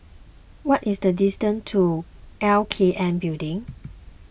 what is the distance to L K N Building